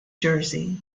jersey